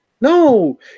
No